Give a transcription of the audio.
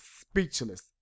speechless